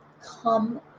come